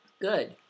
Good